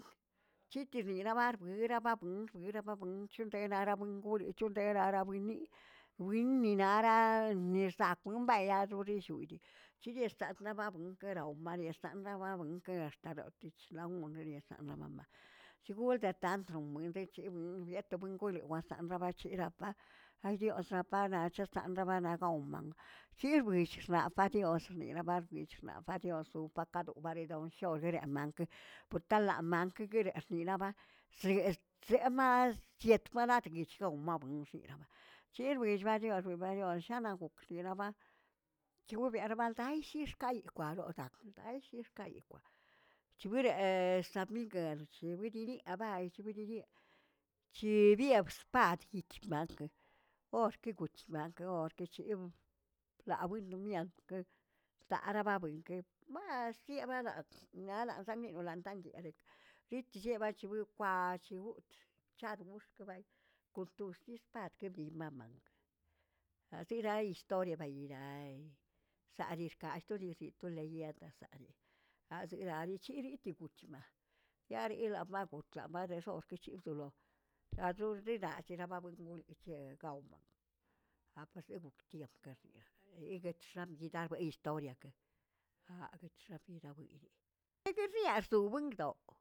Chitirirabuerꞌ baꞌbuunju rebabuunchoꞌ terarabunmgoli chodendararabuiniꞌi, buinni naraꞌa nirzaꞌpuim aelladorishug chidiersaꞌg' badebabuin keꞌraomanedxaꞌk lawawenkə tadoꞌkich umungueridsaꞌa anamammaꞌ. shigodeꞌtantnoꞌt buinzeꞌcheduꞌunj ertobenguleꞌ waꞌansanrabarechirapaꞌ ay diosaꞌa banaꞌchoꞌo zanbararnaꞌgaoman shirwlillch xlafa dios xni'ibarenibaꞌ dios wpakato baredon showderemankə, portaꞌla mankeke rersilamank si est- estmas chiert toladtiꞌ guichowꞌb mabuiꞌ ushiramaꞌ ̱hirirzoachiox bayollaꞌgokxliꞌ yaba chiorbeꞌmaldaꞌa ishixꞌkaꞌyi balotaꞌak alshixkayix', chiwireꞌe sabmingəe chiwidiniꞌ abay, chiwidiniꞌ chibiebsj padjchi banklə, orki gotꞌch lamkeꞌ, orkꞌəchibuꞌu, lawiꞌnimian tarababuey keꞌmassii baralas alas anda miloandanguerekə, yitchieꞌ bachgukꞌ ac̱hiꞌugꞌ ch- chaꞌadgunxkbay kuntoxist padxə kebay yimanman achiraꞌ yisto yebayiyaray, salixkaꞌa storisiꞌ stoley dietasariꞌe azeꞌlarabichiriꞌ yitopuchmaꞌa, yarilabagotchaꞌ baxeꞌxorki chi wsolo, adurdedaallamaburbu yic̱hieꞌ gaobam aporsekbuktiamkə por ker bindiaꞌ yiguetx̱anbigan yistoriakə, aꞌabirchguerakwiꞌ yiguiꞌriaxstoꞌ wengdoꞌw.